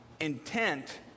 intent